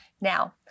Now